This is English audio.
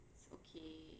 it's okay